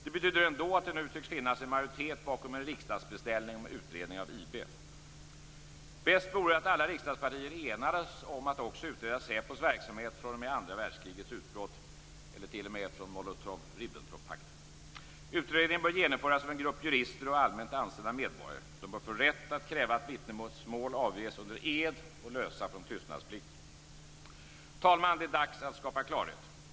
Det betyder ändå att det nu tycks finnas en majoritet bakom en riksdagsbeställning om utredning av IB. Bäst vore att alla riksdagspartier enades om att också utreda SÄPO:s verksamhet fr.o.m. andra världskrigets utbrott, eller t.o.m. från Molotov Utredningen bör genomföras av en grupp jurister och allmänt ansedda medborgare. De bör få rätt att kräva att vittnesmål avges under ed och att lösa från tystnadsplikter. Fru talman! Det är dags att skapa klarhet.